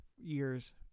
Years